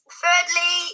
thirdly